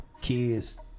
kids